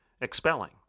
expelling